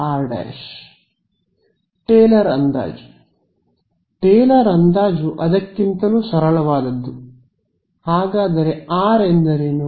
ವಿದ್ಯಾರ್ಥಿ ಟೇಲರ್ ಅಂದಾಜು ಟೇಲರ್ ಅಂದಾಜು ಅದಕ್ಕಿಂತಲೂ ಸರಳವಾದದ್ದು ಹಾಗಾದರೆ ಆರ್ ಎಂದರೇನು